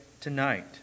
tonight